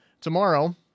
Tomorrow